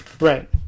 Right